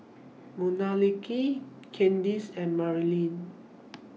Manuelita Kandice and Marilyn